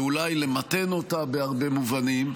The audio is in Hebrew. ואולי למתן אותה בהרבה מובנים,